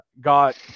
got